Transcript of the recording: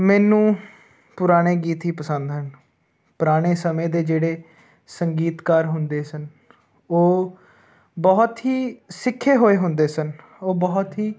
ਮੈਨੂੰ ਪੁਰਾਣੇ ਗੀਤ ਹੀ ਪਸੰਦ ਹੈ ਪੁਰਾਣੇ ਸਮੇਂ ਦੇ ਜਿਹੜੇ ਸੰਗੀਤਕਾਰ ਹੁੰਦੇ ਸਨ ਉਹ ਬਹੁਤ ਹੀ ਸਿੱਖੇ ਹੋਏ ਹੁੰਦੇ ਸਨ ਉਹ ਬਹੁਤ ਹੀ